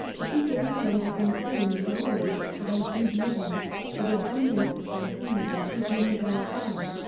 the people of england have been famed, in all ages, for their good living for the abundance of their food and goodness of their attire.